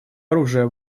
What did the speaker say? оружия